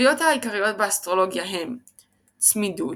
הזוויות העיקריות באסטרולוגיה הם צמידות,